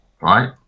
right